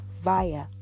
via